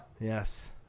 Yes